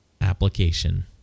application